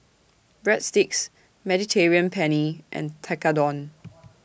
Breadsticks Mediterranean Penne and Tekkadon